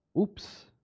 oops